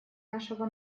нашего